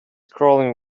crawling